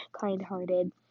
kind-hearted